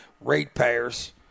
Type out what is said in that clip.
ratepayers